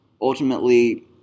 ultimately